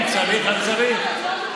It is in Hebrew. אם צריך, אז צריך.